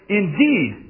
indeed